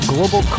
Global